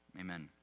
Amen